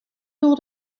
door